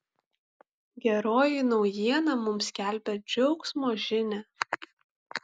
geroji naujiena mums skelbia džiaugsmo žinią